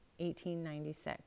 1896